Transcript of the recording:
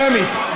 שמית?